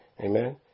Amen